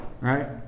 right